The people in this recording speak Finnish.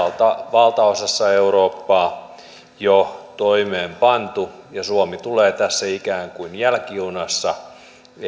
valtaosassa eurooppaa jo toimeenpantu ja suomi tulee tässä ikään kuin jälkijunassa